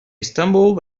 stumbled